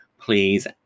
please